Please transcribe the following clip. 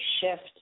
shift